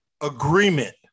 agreement